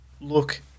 Look